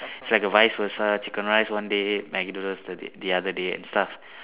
its like a vice versa chicken rice one day Maggi noodles the other day and stuff